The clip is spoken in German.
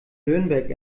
nürnberg